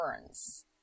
burns